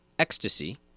ecstasy